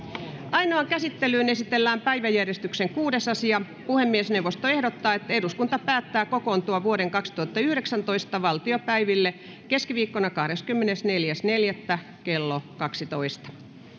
ainoaan käsittelyyn esitellään päiväjärjestyksen kuudes asia puhemiesneuvosto ehdottaa että eduskunta päättää kokoontua vuoden kaksituhattayhdeksäntoista valtiopäiville keskiviikkona kahdeskymmenesneljäs neljättä kaksituhattayhdeksäntoista kello kaksitoista